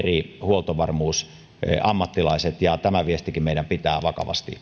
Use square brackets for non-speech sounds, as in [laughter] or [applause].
huoltovarmuusammattilaiset tämäkin viesti meidän pitää vakavasti [unintelligible]